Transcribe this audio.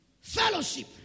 fellowship